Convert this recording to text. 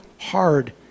hard